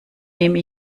nehme